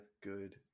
good